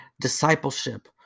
discipleship